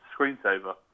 screensaver